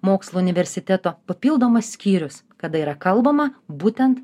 mokslų universiteto papildomas skyrius kada yra kalbama būtent